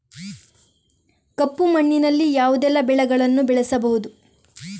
ಕಪ್ಪು ಮಣ್ಣಿನಲ್ಲಿ ಯಾವುದೆಲ್ಲ ಬೆಳೆಗಳನ್ನು ಬೆಳೆಸಬಹುದು?